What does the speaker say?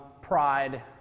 Pride